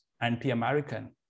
anti-American